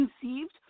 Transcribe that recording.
conceived